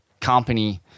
company